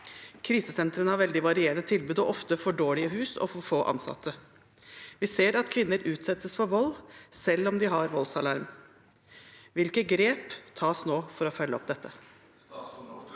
Krisesentrene har veldig varierende tilbud og ofte for dårlige hus og få ansatte. Vi ser at kvinner utsettes for vold selv om de har voldsalarm. Hvilke grep tas nå for å følge opp dette?»